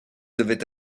devait